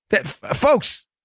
Folks